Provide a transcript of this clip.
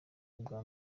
bwa